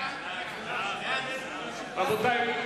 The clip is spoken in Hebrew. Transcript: ועדת העלייה,